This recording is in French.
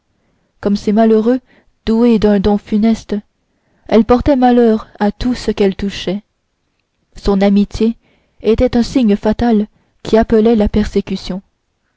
comme ces malheureux doués d'un don funeste elle portait malheur à tout ce qu'elle touchait son amitié était un signe fatal qui appelait la persécution